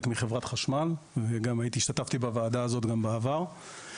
מחברת חשמל והשתתפתי גם בוועדה הזו גם בעבר.